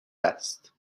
است